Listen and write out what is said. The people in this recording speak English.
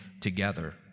together